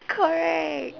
correct